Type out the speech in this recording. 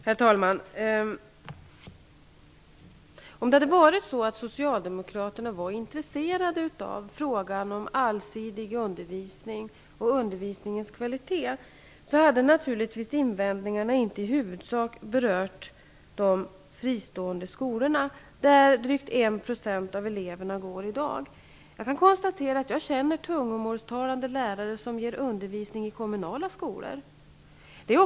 Herr talman! Om Socialdemokraterna var intresserade av frågan om en allsidig undervisning och undervisningens kvalitet, hade naturligtvis invändningarna inte i huvudsak berört de fristående skolorna där drygt 1 % av eleverna går i dag. Jag kan konstatera att jag känner tungomålstalande lärare som undervisar i kommunala skolor.